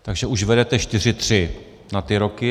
Takže už vedete 4:3 na ty roky.